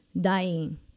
Dying